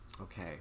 Okay